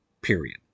period